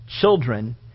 children